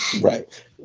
Right